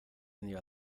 near